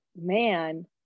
man